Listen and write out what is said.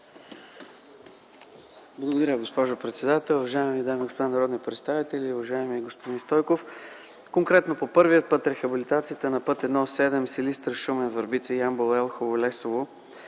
Благодаря, госпожо председател. Уважаеми дами и господа народни представители, уважаеми господин Стойков! Конкретно по първия въпрос – рехабилитацията на път І-7 Силистра–Шумен–Върбица–Ямбол–Елхово–Лесово.